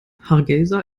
hargeysa